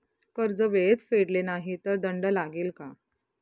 कर्ज वेळेत फेडले नाही तर दंड लागेल का?